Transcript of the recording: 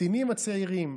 לקצינים הצעירים,